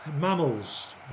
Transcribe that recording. mammals